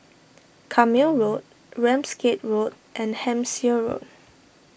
Carpmael Road Ramsgate Road and Hampshire Road